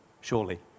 Surely